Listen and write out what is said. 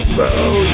bow